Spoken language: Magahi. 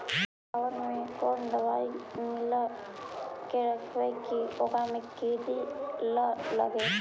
चावल में कोन दबाइ मिला के रखबै कि ओकरा में किड़ी ल लगे?